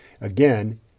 Again